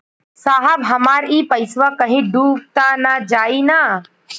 साहब हमार इ पइसवा कहि डूब त ना जाई न?